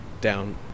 down